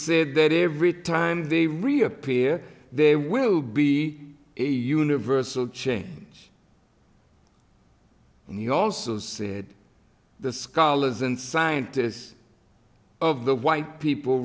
said that every time they reappear there will be a universal change and he also said the scholars and scientists of the white people